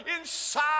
inside